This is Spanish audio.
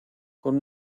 con